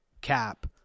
cap